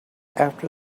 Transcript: after